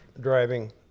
Driving